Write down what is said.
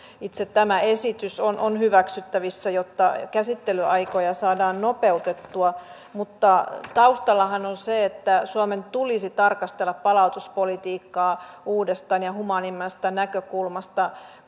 itse tämä esitys on on hyväksyttävissä jotta käsittelyaikoja saadaan nopeutettua mutta taustallahan on se että suomen tulisi tarkastella palautuspolitiikkaa uudestaan ja humaanimmasta näkökulmasta